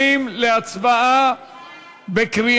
וזהו.